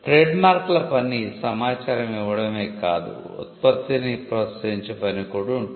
ట్రేడ్మార్క్ల పని సమాచారం ఇవ్వడమే కాదు ఉత్పత్తిని ప్రోత్సహించే పని కూడా ఉంటుంది